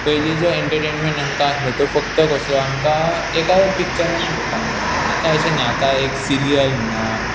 पयलींचो एंटरटेनमेंट आमकां आसलो तो फक्त कसो आमकां एका पिक्चरान पळोवपाक मेळ पूण आतां अशें ना आतां एक सिरियल म्हणा